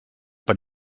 per